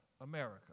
America